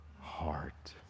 heart